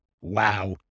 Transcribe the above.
wow